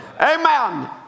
amen